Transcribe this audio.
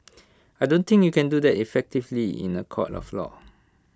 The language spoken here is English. I don't think you can do that effectively in A court of law